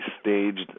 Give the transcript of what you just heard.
staged